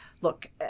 look